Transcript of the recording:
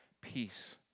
peace